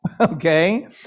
okay